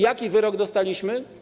Jaki wyrok dostaliśmy?